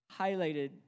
highlighted